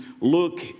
look